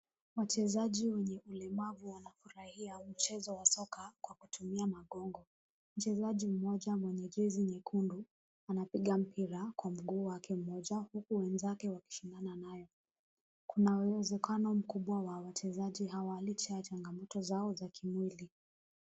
Wachezaji wenye ulemavu wanafurahia mchezo wa soka kwa kutumia magongo. mchezaji mmoja mwenye jazi nyekundu anapiga mpira kwa mguu wake mmoja huku wenzake wakishika nayo. Kuna uwezekano mkubwa wachezaji how alicia changamoto zao za kimwili.